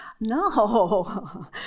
No